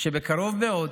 שבקרוב מאוד